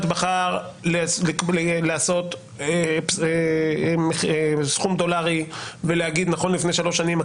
בחר לעשות בסכום דולרי ולהגיד "לפני שלוש שנים",